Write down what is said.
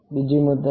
બીજી મુદત